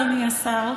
אדוני השר,